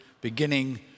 beginning